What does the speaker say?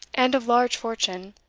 and of large fortune,